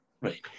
Right